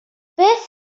beth